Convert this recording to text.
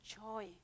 joy